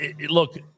look